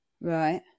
Right